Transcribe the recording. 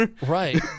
Right